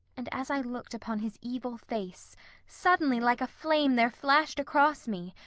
and as i looked upon his evil face suddenly like a flame there flashed across me,